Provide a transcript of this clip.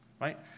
right